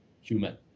human